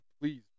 please